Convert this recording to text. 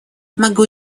могу